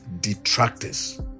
detractors